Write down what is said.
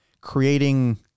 creating